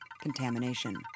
contamination